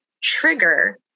trigger